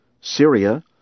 Syria